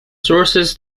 sources